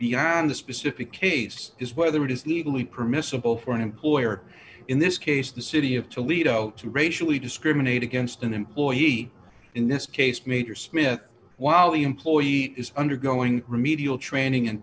beyond the specific case is whether it is legally permissible for an employer in this case the city of toledo to racially discriminate against an employee in this case major smith while the employee is undergoing remedial training